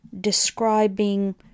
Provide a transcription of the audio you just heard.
describing